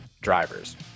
drivers